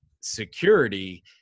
security